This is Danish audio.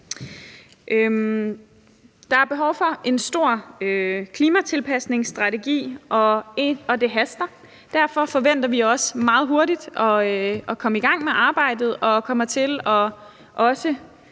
Der er behov for en stor klimatilpasningsstrategi – og det haster. Derfor forventer vi også meget hurtigt at komme i gang med arbejdet, og vi vil